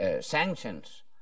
sanctions